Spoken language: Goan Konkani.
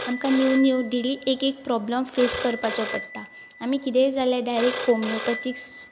आमकां नीव न्यूव डेली एक एक प्रोब्लम फेस करपाचो पडटा आमी किदेंय जाल्यार डायरेक्ट होमिओपॅथीक्स